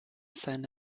seine